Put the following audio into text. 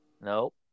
Nope